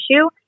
issue